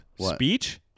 Speech